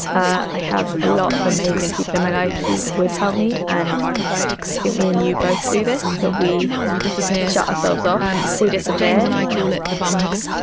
ah i have a lot of amazing people in my life who would help me and i think me and you both do this. but we we disappear shut ourselves off. um we disappear james and i call it the bum hole.